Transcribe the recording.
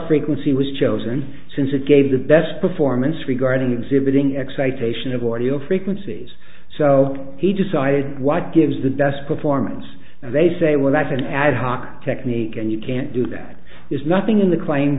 frequency was chosen since it gave the best performance regarding exhibiting excitation of audio frequencies so he decided what gives the best performance and they say well that's an ad hoc technique and you can't do that is nothing in the claim